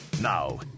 Now